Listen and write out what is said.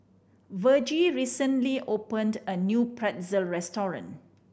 Vergie recently opened a new Pretzel restaurant